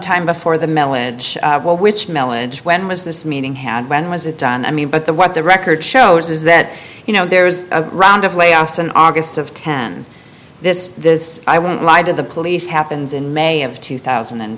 time before the mellon which milledge when was this meeting had when was it done i mean but the what the record shows is that you know there's a round of layoffs in august of ten this this i won't lie to the police happens in may of two thousand and